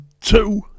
two